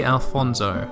Alfonso